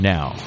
Now